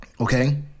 okay